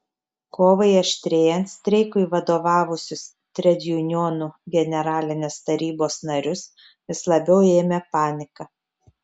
kovai aštrėjant streikui vadovavusius tredjunionų generalinės tarybos narius vis labiau ėmė panika